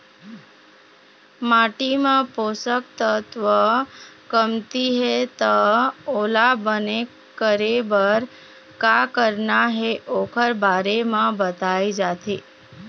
माटी म पोसक तत्व कमती हे त ओला बने करे बर का करना हे ओखर बारे म बताए जाथे